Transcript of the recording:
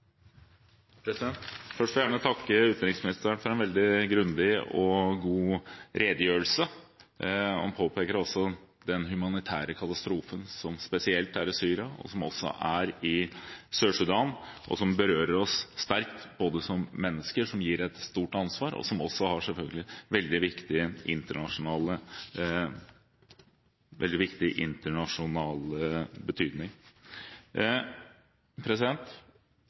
Først vil jeg gjerne takke utenriksministeren for en veldig grundig og god redegjørelse. Han påpeker den humanitære katastrofen som spesielt er i Syria, og som også er i Sør-Sudan. Dette berører oss sterkt som mennesker, det gir et stort ansvar, og det har selvfølgelig også en veldig viktig internasjonal betydning.